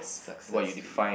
success to you